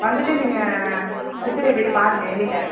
வந்துவிட்டு நீங்கள் ஹெச்ஓடியை போயிவிட்டு பாருங்கள் எழிலை